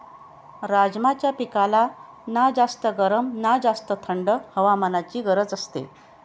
राजमाच्या पिकाला ना जास्त गरम ना जास्त थंड हवामानाची गरज असते